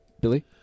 Billy